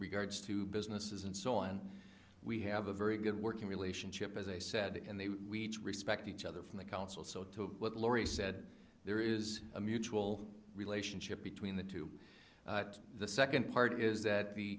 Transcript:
regards to businesses and so on we have a very good working relationship as i said and they we respect each other from the council so to laurie said there is a mutual relationship between the two the second part is that the